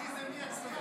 בלי זה מי יצביע להם?